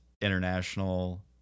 International